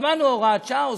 קבענו הוראת שעה,